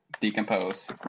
decompose